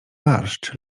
barszcz